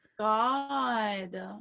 god